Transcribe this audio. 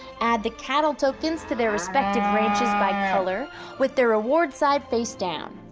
add the cattle tokens to their respective ranges by color with their rewards side face down.